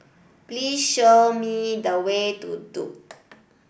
please show me the way to Duke